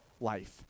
life